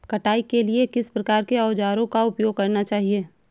कटाई के लिए किस प्रकार के औज़ारों का उपयोग करना चाहिए?